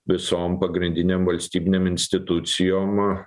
visom pagrindinėm valstybinėm institucijom